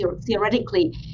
theoretically